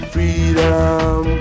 Freedom